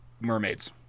mermaids